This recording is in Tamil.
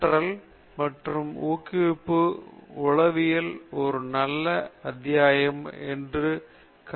கற்றல் மற்றும் ஊக்குவிப்பு உளவியல் ஒரு நல்ல அத்தியாயம் உள்ளது கல்வி பத்தி தொகுதி பதினாறு இதை நீங்கள் பார்க்கலாம்